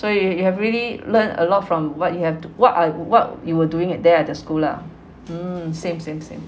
so you you really learn a lot from what you have what you what you were doing there at the school lah mm same same same